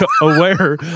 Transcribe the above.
aware